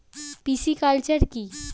Pisciculture কি?